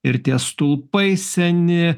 ir tie stulpai seni